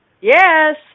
Yes